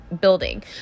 building